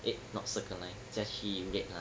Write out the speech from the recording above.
eh not circle line 再去 red line